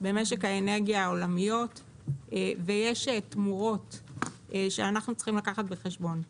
במשק האנרגיה העולמי ויש תמורות שאנחנו צריכים לקחת בחשבון.